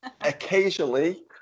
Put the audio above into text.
Occasionally